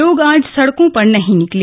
लोग आज सड़कों पर नहीं निकले